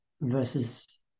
versus